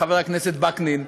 חבר הכנסת וקנין.